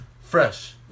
fresh